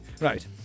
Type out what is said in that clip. Right